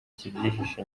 kibyihishe